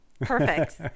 perfect